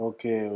Okay